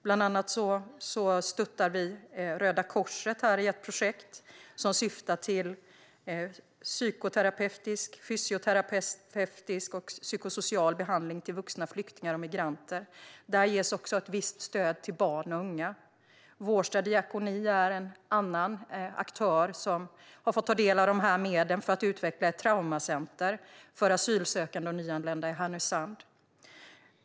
Bland annat stöttar vi Röda Korset i ett projekt som syftar till psykoterapeutisk, fysioterapeutisk och psykosocial behandling av vuxna flyktingar och migranter. Där ges också ett visst stöd till barn och unga. Vårsta diakoni är en annan aktör som har fått ta del av dessa medel för att utveckla ett traumacenter för asylsökande och nyanlända i Härnösand.